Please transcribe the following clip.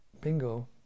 bingo